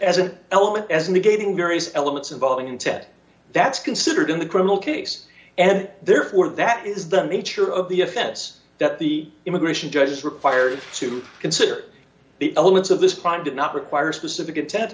as an element as negating various elements involving intent that's considered in the criminal case and therefore that is the nature of the offense that the immigration judge is required to consider the elements of this crime did not require specific